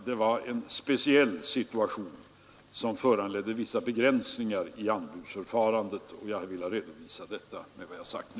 Det var en speciell situation som föranledde vissa begränsningar i anbudsförfarandet, och jag vill ha redovisat detta med vad jag har sagt nu.